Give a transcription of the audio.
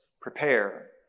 prepare